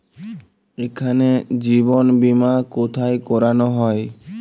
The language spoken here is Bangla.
এখানে জীবন বীমা কোথায় করানো হয়?